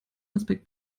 aspekt